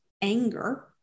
anger